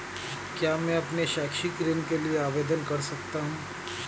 क्या मैं अपने शैक्षिक ऋण के लिए आवेदन कर सकता हूँ?